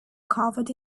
covered